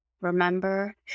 remember